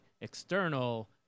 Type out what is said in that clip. external